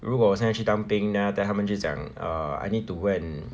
如果我现在去当兵 then after that 他们就讲 err I need to go and